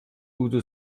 udo